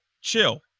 Chill